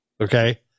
okay